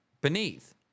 beneath